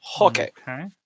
Okay